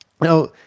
Now